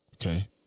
Okay